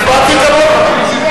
הצבעתי כמוך.